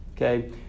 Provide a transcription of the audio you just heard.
Okay